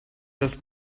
das